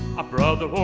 a brother